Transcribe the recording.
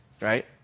right